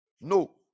no